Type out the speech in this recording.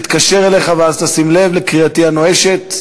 להתקשר אליך ואז תשים לב לקריאתי הנואשת?